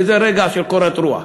איזה רגע של קורת רוח.